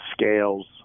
scales